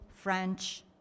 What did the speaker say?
French